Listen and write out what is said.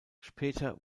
später